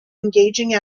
engaging